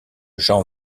jean